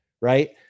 right